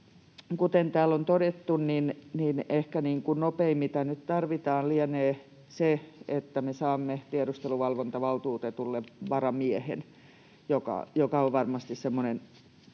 Kuten täällä on todettu, niin ehkä se, mitä nyt nopeimmin tarvitaan, lienee se, että me saamme tiedusteluvalvontavaltuutetulle varamiehen, mikä on varmasti semmoinen